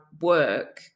work